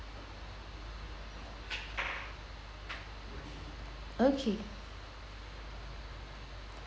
okay